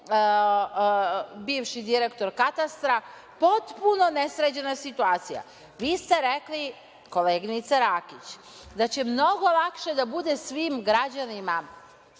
bivši direktor katastra. Potpuno nesređena situacija. Vi ste rekli, koleginice Rakić, da će mnogo lakše da bude svim građanima